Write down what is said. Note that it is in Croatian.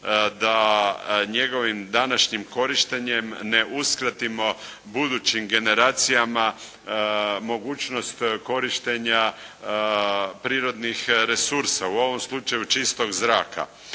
da njegovim današnjim korištenjem ne uskratimo budućim generacijama mogućnost korištenja prirodnih resursa. U ovom slučaju čistog zraka.